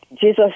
Jesus